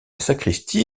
sacristie